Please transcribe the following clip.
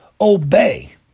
obey